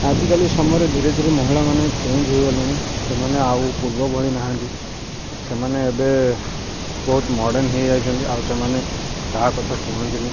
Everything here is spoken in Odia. ଆଜିକାଲି ସମୟରେ ଧୀରେ ଧୀରେ ମହିଳା ମାନେ ଚେଞ୍ଜ ହେଇଗଲେଣି ସେମାନେ ଆଉ ପୂର୍ବ ଭଳି ନାହାନ୍ତି ସେମାନେ ଏବେ ବହୁତ ମଡ଼ର୍ଣ୍ଣ ହେଇଯାଇଛନ୍ତି ଆଉ ସେମାନେ କାହା କଥା ଶୁଣନ୍ତିନି